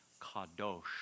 Kadosh